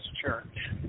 church